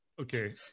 okay